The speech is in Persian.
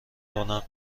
رونق